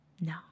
No